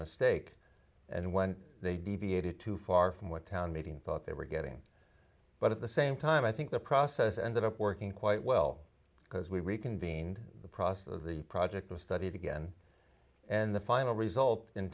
mistake and when they deviated too far from what town meeting thought they were getting but at the same time i think the process ended up working quite well because we reconvened the process of the project was studied again and the final result